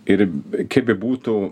ir kaip bebūtų